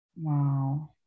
Wow